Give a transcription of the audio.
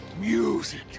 music